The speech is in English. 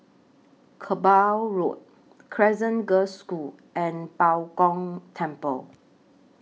Kerbau Road Crescent Girls' School and Bao Gong Temple